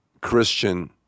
Christian